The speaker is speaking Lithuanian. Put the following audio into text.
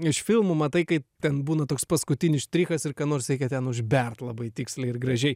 iš filmų matai kai ten būna toks paskutinis štrichas ir ką nors reikia ten užbert labai tiksliai ir gražiai